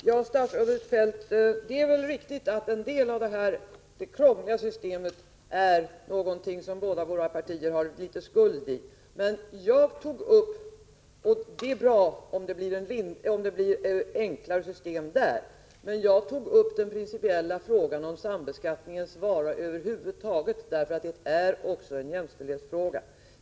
Herr talman! Det är väl riktigt att en del av det här krångliga systemet är någonting som båda våra partier har litet skuld i, och det är bra om systemet blir enklare. Men jag tog upp den principiella frågan om sambeskattningens vara över huvud taget, därför att det också är en jämställdhetsfråga.